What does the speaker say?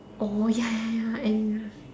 oh ya ya ya any